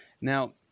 now